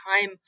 time